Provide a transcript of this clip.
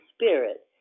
spirit